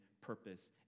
purpose